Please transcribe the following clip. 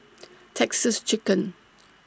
Texas Chicken